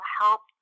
help